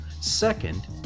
Second